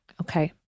Okay